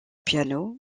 piano